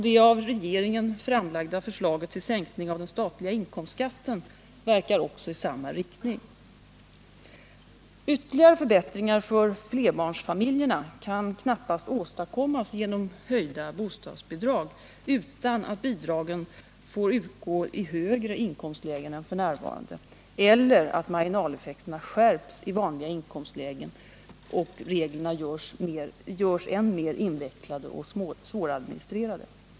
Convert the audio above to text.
Det av regeringen framlagda förslaget till sänkning av den statliga inkomstskatten verkar i samma riktning. Ytterligare förbättringar för flerbarnsfamiljerna kan knappast åstadkommas genom höjda bostadsbidrag utan att bidrag får utgå i högre inkomstlägen än f. n. eller att marginaleffekterna skärps i vanliga inkomstlägen och reglerna görs än mer invecklade och svåradministrerade.